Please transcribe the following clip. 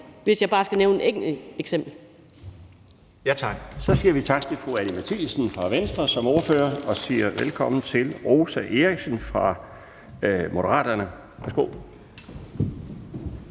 Den fg. formand (Bjarne Laustsen): Tak. Så siger vi tak til fru Anni Matthiesen fra Venstre som ordfører og siger velkommen til fru Rosa Eriksen fra Moderaterne. Værsgo.